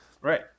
Right